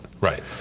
right